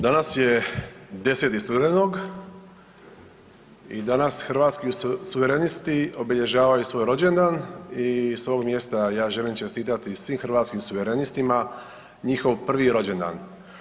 Danas je 10. studenog i danas hrvatski suverenisti obilježavaju svoj rođendan i s ovog mjesta ja želim čestitati svim hrvatskim suverenistima njihov prvi rođendan.